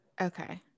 okay